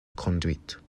conduite